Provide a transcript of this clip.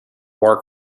war